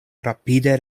rapide